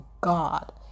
God